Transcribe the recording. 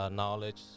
knowledge